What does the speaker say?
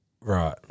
Right